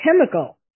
chemical